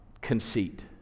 conceit